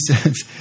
says